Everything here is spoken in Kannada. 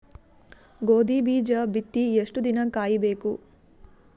ಗೋಧಿ ಬೀಜ ಬಿತ್ತಿ ಎಷ್ಟು ದಿನ ಕಾಯಿಬೇಕು?